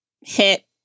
hit